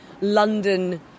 London